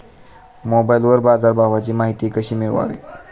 मोबाइलवर बाजारभावाची माहिती कशी मिळवावी?